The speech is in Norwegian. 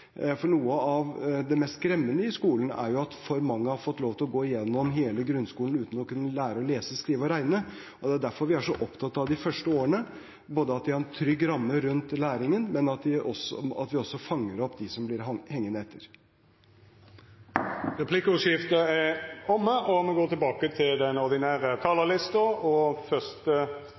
For noe av det mest skremmende er jo at for mange har fått lov til å gå gjennom hele grunnskolen uten å ha lært å lese, skrive og regne. Det er derfor vi er så opptatt av de første årene: både at vi har en trygg ramme rundt læringen, og at vi fanger opp dem som blir hengende etter. Replikkordskiftet er omme.